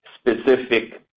specific